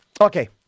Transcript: Okay